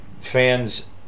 fans